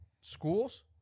schools